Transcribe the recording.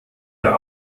der